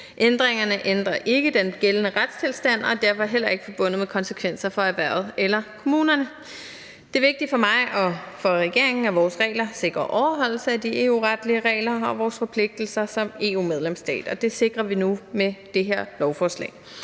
Ændringerne ændrer ikke den gældende retstilstand og er derfor heller ikke forbundet med konsekvenser for erhvervet eller kommunerne. Det er vigtigt for mig og for regeringen, at vores regler sikrer overholdelse af de EU-retlige regler og vores forpligtelser som EU-medlemsstat, og det sikrer vi nu med det her lovforslag.